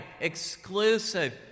exclusive